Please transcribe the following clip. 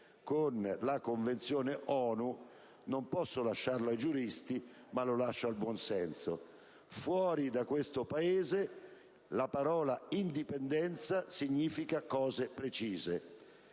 con la Convenzione ONU non posso lasciarlo ai giuristi, ma lo lascio al buon senso. Fuori da questo Paese la parola indipendenza significa cose precise.